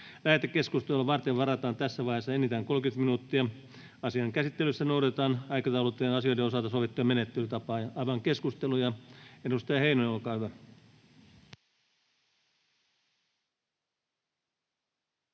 Lähetekeskustelua varten varataan tässä vaiheessa enintään 30 minuuttia. Asian käsittelyssä noudatetaan aikataulutettujen asioiden osalta sovittuja menettelytapoja. Avaan keskustelun. — Edustaja Heinonen, olkaa hyvä.